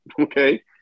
Okay